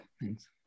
thanks